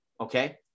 okay